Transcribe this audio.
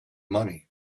money